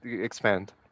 expand